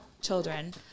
children